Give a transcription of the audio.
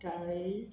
टाळे